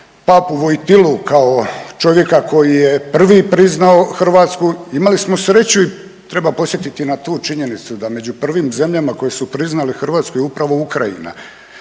Papu Vojtilu kao čovjeka koji je prvi priznao Hrvatsku. Imali smo sreću i treba podsjetiti na tu činjenicu da među prvim zemljama koje su priznale Hrvatsku je upravo Ukrajina